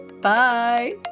Bye